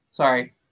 Sorry